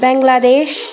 Bangladesh